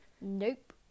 Nope